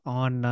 on